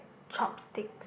chopsticks